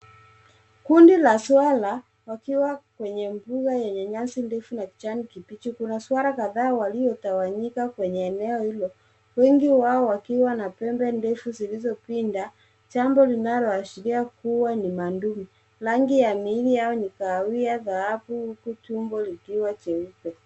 Kundi la swara wakiwa kwenye nyasi ndefu na kijani kibichi. Kuna swara kadhaa waliotawanyika kwenye eneo hilo. Wengi wao wakiwa na pembe ndefu zilizopinda .Jambo linaloashiria kuwa ni madume. Rangi ya miili yao ni kahawia, dhahabu huku tumbo likiwa jeupe.